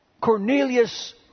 Cornelius